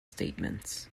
statements